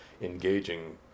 engaging